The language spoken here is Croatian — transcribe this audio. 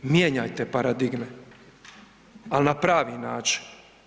Mijenjajte paradigme, ali na pravi način.